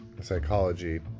psychology